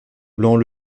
blanc